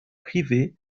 privé